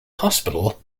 hospital